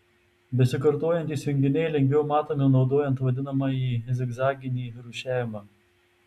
besikartojantys junginiai lengviau matomi naudojant vadinamąjį zigzaginį rūšiavimą